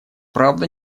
правда